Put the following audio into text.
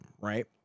right